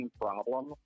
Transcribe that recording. problem